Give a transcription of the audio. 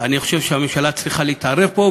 אני חושב שהממשלה צריכה להתערב פה,